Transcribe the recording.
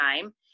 time